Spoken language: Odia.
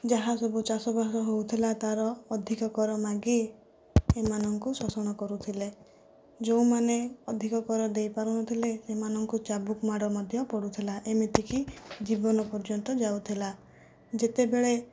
ଯାହା ସବୁ ଚାଷ ବାସ ହେଉଥିଲା ତାର ଅଧିକ କର ମାଗି ଏମାନଙ୍କୁ ଶୋଷଣ କରୁଥିଲେ ଯେଉଁମାନେ ଅଧିକ କର ଦେଇ ପାରୁନଥିଲେ ସେମାନଙ୍କୁ ଚାବୁକ ମାଡ଼ ମଧ୍ୟ ପଡ଼ୁଥିଲା ଏମିତିକି ଜୀବନ ପର୍ଯ୍ୟନ୍ତ ଯାଉଥିଲା ଯେତେବେଳେ